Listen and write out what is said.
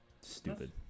stupid